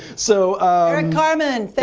so eric carmen.